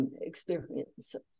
Experiences